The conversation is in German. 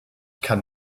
kann